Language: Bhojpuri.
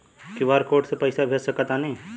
क्यू.आर कोड से पईसा भेज सक तानी का?